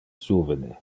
juvene